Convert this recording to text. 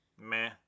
meh